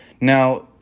Now